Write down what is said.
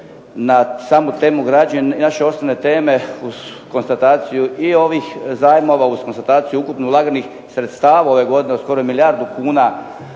na samu temu građenja, naše osnovne teme uz konstataciju i ovih zajmova, uz konstataciju ukupno ulaganih sredstava ove godine od skoro milijardu kuna